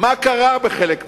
מה קרה בחלק מהן.